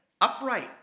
upright